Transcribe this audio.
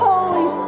Holy